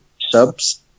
subs